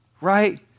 right